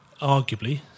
arguably